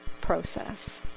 process